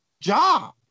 job